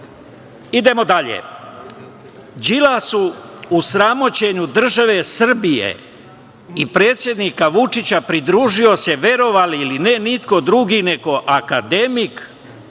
lažov. Idemo dalje, Đilasu u sramoćenju države Srbije i predsednika Vučića pridružio se verovali ili ne, niko drugi neko akademik